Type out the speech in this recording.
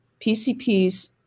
PCPs